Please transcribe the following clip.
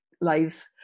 lives